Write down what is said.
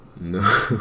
no